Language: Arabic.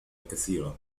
كثيرًا